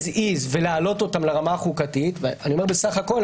איז ולהעלות אותן לרמה החוקתית אני אומר: בסך הכול,